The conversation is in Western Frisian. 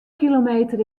kilometer